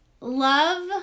love